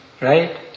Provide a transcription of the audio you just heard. Right